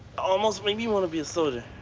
almost made me want to be a soldier.